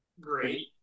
great